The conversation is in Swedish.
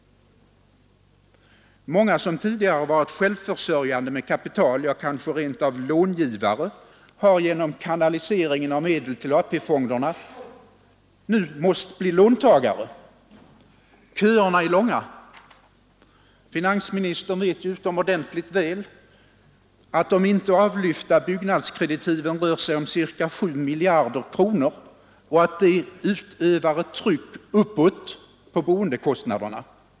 Många som tidigare varit självförsörjande med kapital, ja, kanske rent av långivare, har genom kanalisering av medlen till AP-fonderna nu måst bli låntagare. Köerna är långa. Finansministern vet utomordentligt väl att de inte avlyfta byggnadskreditiven rör sig om ca 7 miljarder kronor och att de utövar ett tryck uppåt på boendekostnaderna.